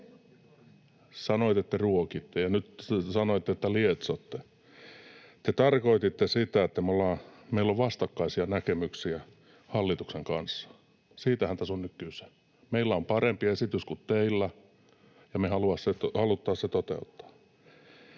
Sanoitte, että ruokitte, ja nyt te sanoitte, että lietsotte. Te tarkoititte sitä, että meillä on vastakkaisia näkemyksiä hallituksen kanssa. Siitähän tässä on nyt kyse. Meillä on parempi esitys kuin teillä, ja me haluttaisiin se toteuttaa.